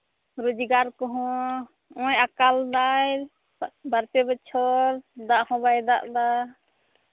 ᱨᱳᱡᱽᱜᱟᱨ ᱠᱚ ᱦᱚᱸ ᱱᱚᱜᱼᱚᱭ ᱟᱠᱟᱞᱫᱟᱭ ᱵᱟᱨ ᱯᱮ ᱵᱚᱪᱷᱚᱨ ᱫᱟᱜ ᱦᱚᱸ ᱵᱟᱭ ᱫᱟᱜ ᱫᱟ